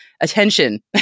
attention